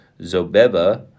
Zobeba